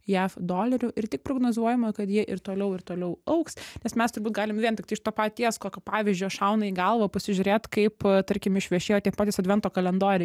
jav dolerių ir tik prognozuojama kad jie ir toliau ir toliau augs nes mes turbūt galim vien tiktai iš to paties kokio pavyzdžio šauna į galvą pasižiūrėt kaip tarkim išvešėjo tie patys advento kalendoriai